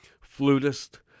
flutist